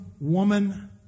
woman